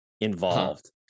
involved